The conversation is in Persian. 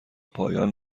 پایان